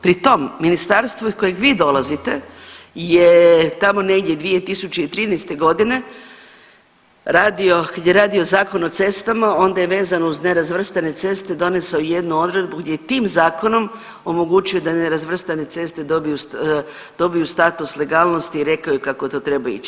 Pri tom ministarstvo iz kojeg vi dolazite je tamo negdje 2013.g. kada je radio Zakon o cestama onda je vezano uz nerazvrstane ceste donesao jednu odredbu gdje je tim zakonom omogućio da nerazvrstane ceste dobiju status legalnosti i rekao je kako to treba ići.